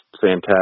fantastic